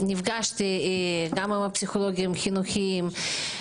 גם עם פסיכולוגים חינוכיים,